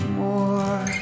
more